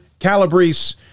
Calabrese